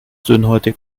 dünnhäutig